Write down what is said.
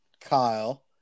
Kyle